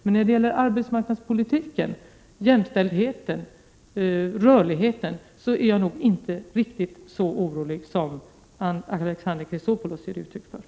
När det gäller arbetsmarknadspolitiken, jämställdheten och rörligheten är jag inte riktigt så orolig som Alexander Chrisopoulos tycks vara.